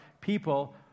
people